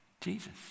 Jesus